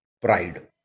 pride